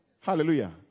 hallelujah